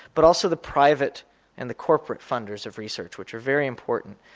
but also the private and the corporate funders of research which are very important,